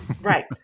Right